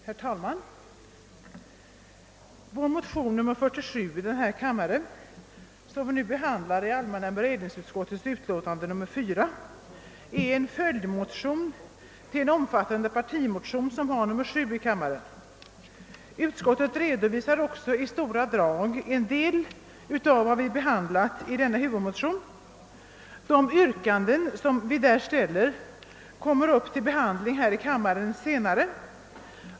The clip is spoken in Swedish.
Herr talman! Vår motion nr 47 i denna kammare, som behandlas i allmänna beredningsutskottets utlåtande nr 4, är en följdmotion till en omfattande partimotion som har nr 7 i denna kammare. Utskottet redovisar också i stora drag en del av vad vi sagt i denna huvudmotion. De yrkanden som vi där ställer kommer upp till behandling här i kammaren senare.